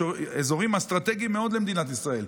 אזורים אסטרטגיים מאוד למדינת ישראל.